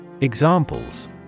Examples